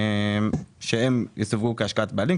שהם יסווגו כהשקעת בעלים.